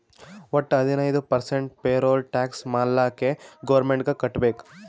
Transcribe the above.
ವಟ್ಟ ಹದಿನೈದು percent payroll tax ಮಾಲ್ಲಾಕೆ ಗೌರ್ಮೆಂಟ್ಗ್ ಕಟ್ಬೇಕ್